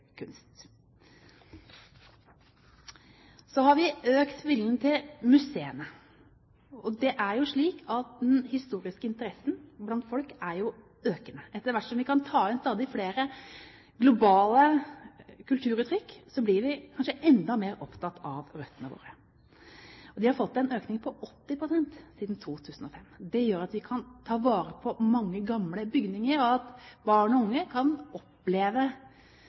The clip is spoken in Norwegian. kunst. Så har vi økt bevilgningen til museene. Det er jo slik at den historiske interessen blant folk er økende. Etter hvert som vi kan ta inn stadig flere globale kulturuttrykk, blir vi kanskje enda mer opptatt av røttene våre. Det har fått en økning på 80 pst. siden 2005. Det gjør at vi kan ta vare på mange gamle bygninger, og at barn og unge kan oppleve